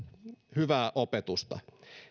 hyvää opetusta